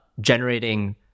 generating